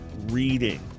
reading